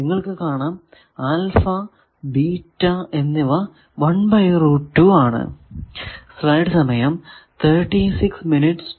നിങ്ങൾക്കു കാണാം alpha beta എന്നിവ ആണ്